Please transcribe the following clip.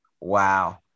Wow